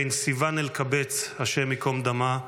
בין סיון אלקבץ, השם ייקום דמה,